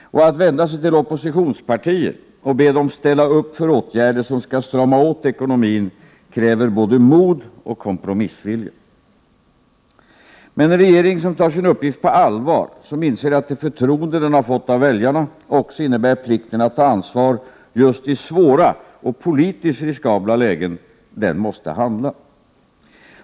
Och att vända sig till oppositionspartier och be dem ställa upp för åtgärder som skall strama åt ekonomin kräver både mod och kompromissvilja. Men en regering som tar sin uppgift på allvar, som inser att det förtroende den fått av väljarna också innebär plikten att ta ansvar just i svåra och politiskt riskabla lägen, den måste handla.